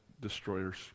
destroyers